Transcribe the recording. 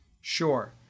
Sure